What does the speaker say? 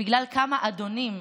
בגלל כמה אדונים,